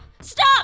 Stop